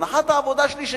הנחת העבודה שלי,